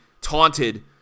taunted